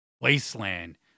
wasteland